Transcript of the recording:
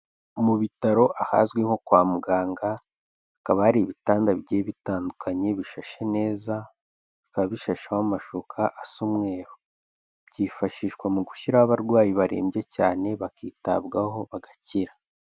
Mu bitaro ahazwi nko kwa muganga hakaba hari ibitanda bigiye bitandukanye bishashe neza bikaba bishasheho amashuka asa umweru, byifashishwa mu gushyiraho abarwayi barembye cyane bakitabwaho bagakira.